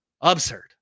absurd